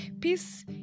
Peace